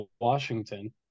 Washington